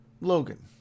Logan